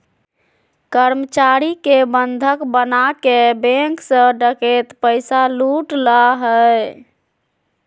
कर्मचारी के बंधक बनाके बैंक से डकैत पैसा लूट ला हइ